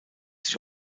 sich